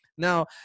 Now